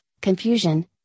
confusion